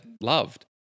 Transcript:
loved